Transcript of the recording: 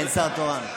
אין שר תורן.